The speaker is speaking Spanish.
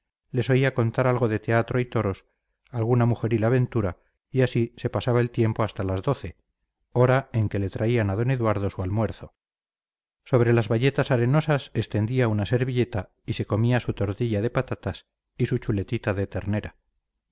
les oía contar algo de teatro y toros alguna mujeril aventura y así se pasaba el tiempo hasta las doce hora en que le traían a don eduardo su almuerzo sobre las bayetas arenosas extendía una servilleta y se comía su tortilla de patatas y su chuletita de ternera